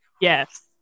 Yes